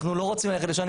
אנחנו לא רוצים ללכת לשם,